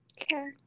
Okay